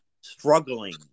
struggling